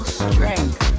strength